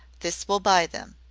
this will buy them.